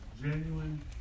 genuine